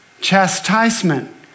chastisement